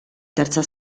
terza